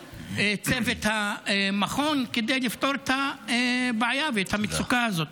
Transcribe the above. צוות המכון כדי לפתור את הבעיה ואת המצוקה הזאת.